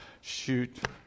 shoot